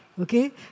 Okay